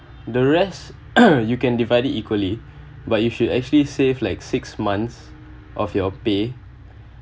the rest you can divide it equally but you should actually save like six months of your pay